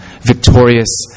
victorious